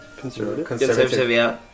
conservative